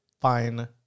fine